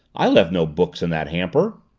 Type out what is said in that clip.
i left no books in that hamper.